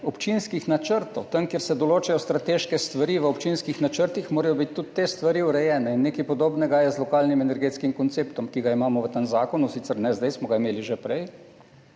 občinskih načrtov, tam, kjer se določajo strateške stvari v občinskih načrtih, morajo biti tudi te stvari urejene, in nekaj podobnega je z lokalnim energetskim konceptom, ki ga imamo v tem zakonu, sicer ne zdaj, smo ga imeli že prej,